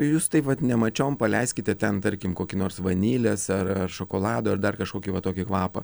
į jus taip vat nemačiom paleiskite ten tarkim kokį nors vanilės ar ar šokolado ar dar kažkokį va tokį kvapą